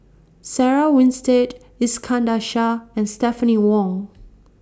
Sarah Winstedt Iskandar Shah and Stephanie Wong